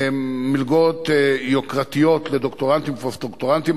הן מלגות יוקרתיות לדוקטורנטים ופוסט-דוקטורנטים,